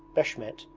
beshmet,